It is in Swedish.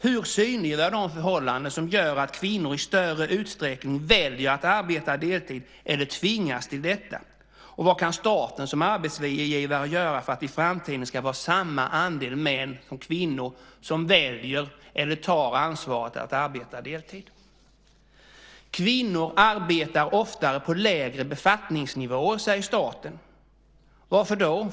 Hur synliggör vi de förhållanden som gör att kvinnor i större utsträckning väljer att arbeta deltid eller tvingas till detta, och vad kan staten som arbetsgivare göra för att det i framtiden ska vara samma andel män som kvinnor som väljer eller tar ansvaret att arbeta deltid? Kvinnor arbetar oftare på lägre befattningsnivåer, säger staten. Varför då?